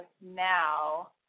now